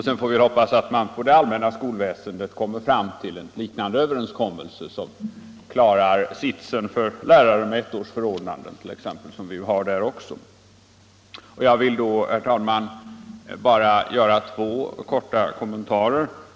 Sedan får vi hoppas att man för det allmänna skolväsendet kommer fram till en liknande överenskommelse som klarar sitsen för t.ex. lärare med ettårsförordnanden. Jag vill, herr talman, bara göra två korta kommentarer.